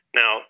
now